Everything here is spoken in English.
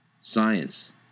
Science